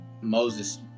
Moses